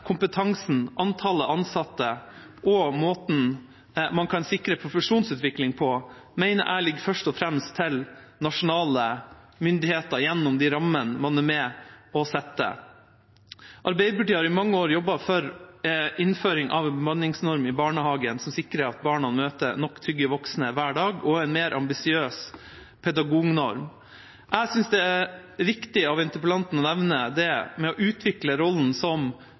kompetansen, antallet ansatte og måten man kan sikre profesjonsutvikling på, mener jeg ligger først og fremst til nasjonale myndigheter gjennom de rammene man er med på å sette. Arbeiderpartiet har i mange år jobbet for innføring av en bemanningsnorm i barnehagen som sikrer at barna møter nok trygge voksne hver dag, og en mer ambisiøs pedagognorm. Jeg synes det er viktig at interpellanten nevner det med å utvikle rollen som